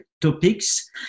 topics